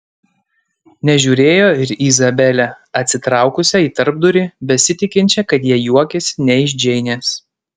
nežiūrėjo ir į izabelę atsitraukusią į tarpdurį besitikinčią kad jie juokiasi ne iš džeinės